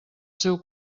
seu